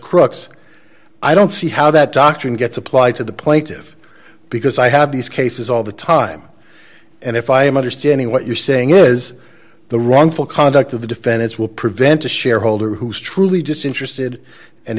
crooks i don't see how that doctrine gets applied to the plaintive because i have these cases all the time and if i am understanding what you're saying is the wrongful conduct of the defendants will prevent a shareholder who is truly disinterested and